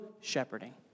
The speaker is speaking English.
shepherding